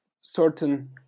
certain